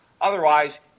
Otherwise